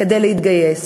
כדי להתגייס.